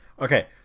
okay